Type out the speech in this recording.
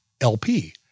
LP